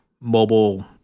mobile